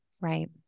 Right